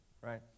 right